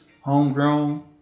homegrown